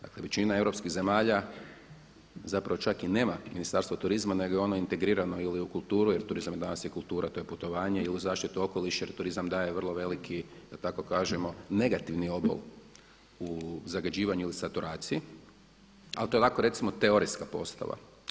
Dakle, većina europskih zemalja zapravo čak i nema Ministarstvo turizma nego je ono integrirano ili u kulturu jer turizam je danas i kultura, to je putovanje i uz zaštitu okoliša jer turizam daje vrlo veliki da tako kažemo negativni obol u zagađivanju ili saturaciji, ali to je ovako recimo teorijska postava.